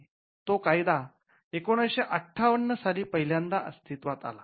तो कायदा १९५८ साली पहिल्यांदा अस्तित्वात आला